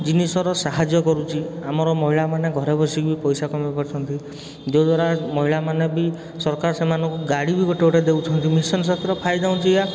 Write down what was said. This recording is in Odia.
ଜିନିଷର ସାହାଯ୍ୟ କରୁଛି ଆମର ମହିଳାମାନେ ଘରେ ବସିକି ପଇସା କମେଇ ପାରୁଛନ୍ତି ଯଦ୍ୱାରା ମହିଳାମାନେ ବି ସରକାର ସେମାନଙ୍କୁ ଗାଡ଼ି ବି ଗୋଟେ ଗୋଟେ ଦେଉଛନ୍ତି ମିଶନ୍ ଶକ୍ତିର ଫାଇଦା ହେଉଛି ଏୟା